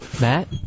Matt